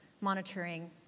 monitoring